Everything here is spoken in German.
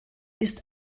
ist